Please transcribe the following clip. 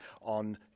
on